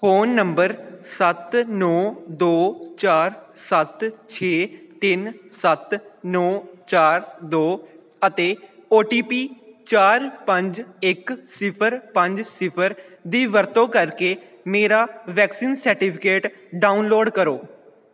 phone number ਸੱਤ ਨੌ ਦੋ ਚਾਰ ਸੱਤ ਛੇ ਤਿੰਨ ਸੱਤ ਨੌ ਚਾਰ ਦੋ ਅਤੇ ਓ ਟੀ ਪੀ ਚਾਰ ਪੰਜ ਇੱਕ ਸਿਫ਼ਰ ਪੰਜ ਸਿਫ਼ਰ ਦੀ ਵਰਤੋਂ ਕਰਕੇ ਮੇਰਾ ਵੈਕਸੀਨ ਸਰਟੀਫਿਕੇਟ ਡਾਊਨਲੋਡ ਕਰੋ